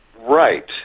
Right